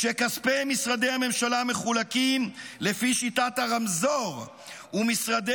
כשכספי משרדי הממשלה מחולקים לפי שיטת הרמזור ומשרדי